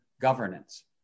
governance